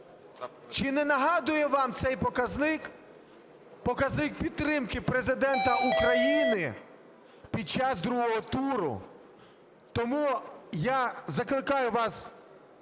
Чи не нагадує вам цей показник показник підтримки Президента України під час другого туру? Тому я закликаю вас